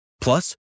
Plus